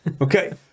Okay